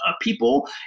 people